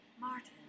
Martin